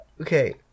Okay